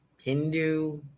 Hindu